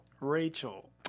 Rachel